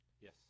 Yes